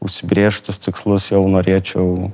užsibrėžtus tikslus jau norėčiau